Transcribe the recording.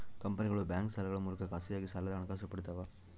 ಕಂಪನಿಗಳು ಬ್ಯಾಂಕ್ ಸಾಲಗಳ ಮೂಲಕ ಖಾಸಗಿಯಾಗಿ ಸಾಲದ ಹಣಕಾಸು ಪಡಿತವ